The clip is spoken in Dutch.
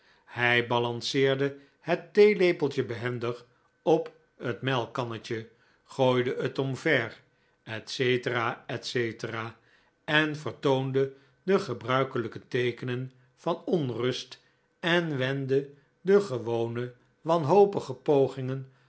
hij balanceerde het theelepeltje behendig op het melkkannetje gooide het omver etc etc en vertoonde de gebruikelijke teekenen van onrust en wendde de gewone wanhopige pogingen